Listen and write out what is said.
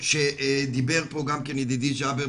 דיבר פה גם כן ידידי ג'אבר,